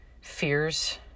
fears